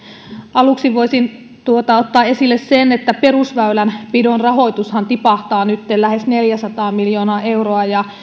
aluksi voisin ottaa esille sen että perusväylänpidon rahoitushan tipahtaa nytten lähes neljäsataa miljoonaa euroa ja